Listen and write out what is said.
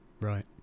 Right